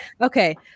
Okay